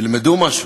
תלמדו משהו.